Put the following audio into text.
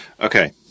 Okay